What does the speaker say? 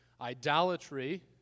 Idolatry